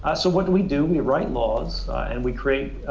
ah so what do we do? we write laws and we create